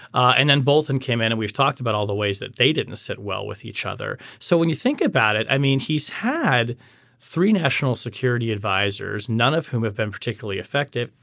and then bolton came in and we've talked about all the ways that they didn't sit well with each other. so when you think about it i mean he's had three national security advisers none of whom have been particularly effective.